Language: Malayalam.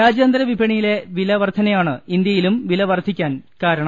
രാജ്യാന്തര വിപണിയിലെ വില വർദ്ധനയാണ് ഇന്ത്യയിലും വില വർദ്ധിക്കാൻ കാരണം